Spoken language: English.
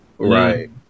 Right